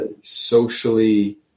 socially